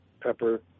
pepper